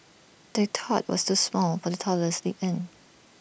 the top was too small for the toddler sleep in